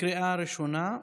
בקריאה ראשונה.